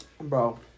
bro